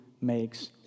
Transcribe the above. makes